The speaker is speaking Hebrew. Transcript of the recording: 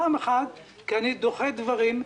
פעם אחת, כי אני דוחה דברים.